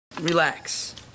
Relax